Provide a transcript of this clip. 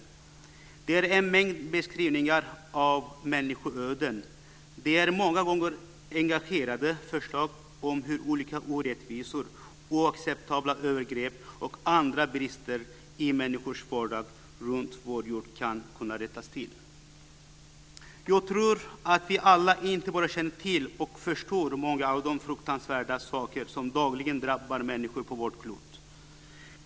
Motionerna ger en mängd beskrivningar av människoöden. Det är många gånger engagerade förslag på hur olika orättvisor, oacceptabla övergrepp och andra brister i människors vardag runtom på vår jord ska kunna rättas till. Jag tror att vi alla inte bara känner till och förstår många av de fruktansvärda saker som dagligen drabbar människor på vårt klot.